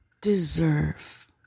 deserve